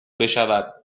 بشود